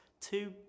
two